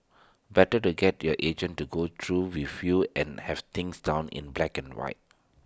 better to get your agent to go through with you and have things down in black and white